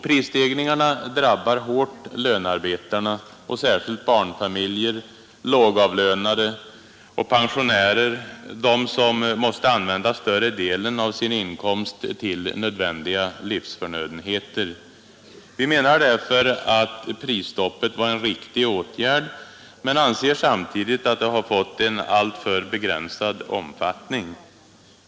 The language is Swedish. Prisstegringarna drabbar hårt lönearbetarna och särskilt barnfamiljer, lågavlönade och pensionärer vilka måste använda större delen av sin inkomst till nödvändiga livsförnödenheter. Vi menar därför att prisstoppet var en riktig åtgärd, men anser samtidigt att det fått en alltför begränsad omfattning.